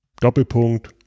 Doppelpunkt